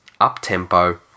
up-tempo